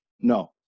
No